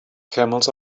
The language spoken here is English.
camels